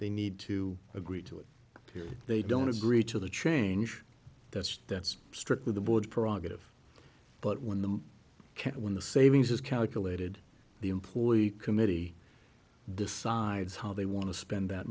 they need to agree to it period they don't agree to the change that's that's strictly the board prerogative but when the cat when the savings is calculated the employee committee decides how they want to spend that